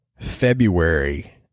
February